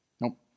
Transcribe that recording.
Nope